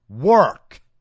work